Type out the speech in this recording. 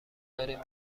داریم